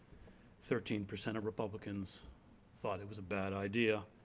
thirteen percent of republicans thought it was a bad idea,